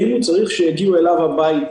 האם הוא צריך שיגיעו אליו הביתה.